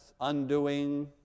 undoing